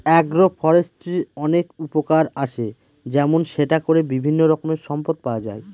আগ্র ফরেষ্ট্রীর অনেক উপকার আসে যেমন সেটা করে বিভিন্ন রকমের সম্পদ পাওয়া যায়